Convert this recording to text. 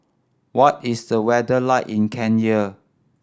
what is the weather like in Kenya